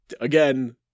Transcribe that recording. again